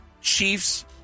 Chiefs